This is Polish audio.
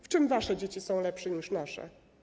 W czym wasze dzieci są lepsze od naszych?